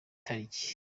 tariki